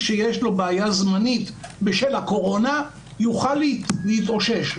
שיש לו בעיה זמנית בשל הקורונה יוכל להתאושש,